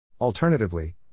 Alternatively